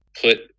put